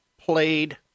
played